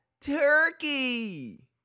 Turkey